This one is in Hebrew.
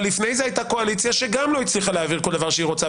אבל לפני זה הייתה קואליציה שגם לא הצליחה להעביר כל דבר שהיא רוצה,